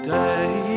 day